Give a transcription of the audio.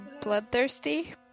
bloodthirsty